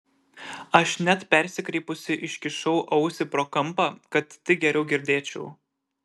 aš net persikreipusi iškišau ausį pro kampą kad tik geriau girdėčiau